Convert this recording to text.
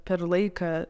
per laiką